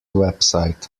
website